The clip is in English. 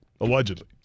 Allegedly